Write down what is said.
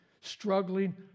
struggling